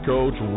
Coach